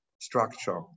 structure